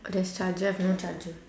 there's charger I've no charger